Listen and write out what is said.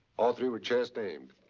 all three were chest aimed.